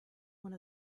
one